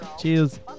Cheers